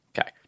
Okay